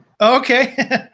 Okay